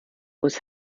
was